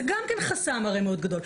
זה גם כן חסם הרי מאוד גדול.